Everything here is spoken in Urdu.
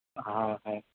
ہاں ہیں